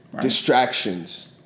distractions